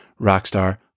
rockstar